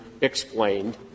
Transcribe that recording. explained